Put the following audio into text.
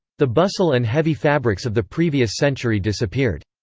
the bustle and heavy fabrics of the previous century disappeared.